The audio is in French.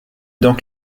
donc